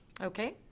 Okay